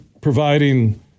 providing